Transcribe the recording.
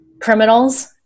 criminals